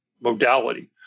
modality